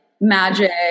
magic